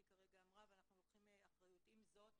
אנחנו לוקחים אחריות אך עם זאת,